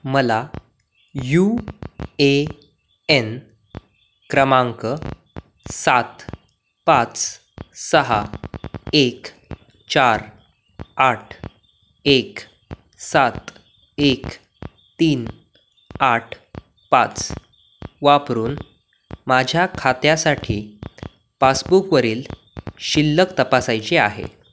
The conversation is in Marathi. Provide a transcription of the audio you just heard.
मला यू ए एन क्रमांक सात पाच सहा एक चार आठ एक सात एक तीन आठ पाच वापरून माझ्या खात्यासाठी पासबुकवरील शिल्लक तपासायची आहे